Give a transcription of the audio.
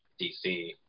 dc